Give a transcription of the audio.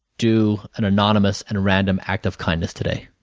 do an anonymous and random act of kindness today.